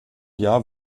jahr